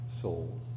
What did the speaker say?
souls